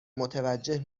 متوجه